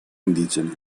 indigene